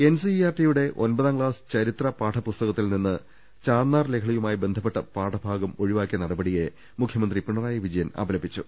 എൻസിഇആർടിയുടെ ഒൻപതാം ക്ലാസ് ചരിത്ര പുസ്തകത്തിൽ നിന്ന് ചാന്നാർ ലഹളയുമായി ബന്ധപ്പെട്ട പാഠഭാഗം ഒഴിവാക്കിയ നടപടിയെ മുഖ്യമന്ത്രി പിണറായി വിജയൻ അപലപിച്ചു